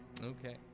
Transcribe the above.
Okay